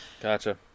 Gotcha